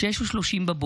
06:30,